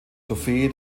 trophäe